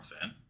fan